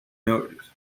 noted